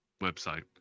website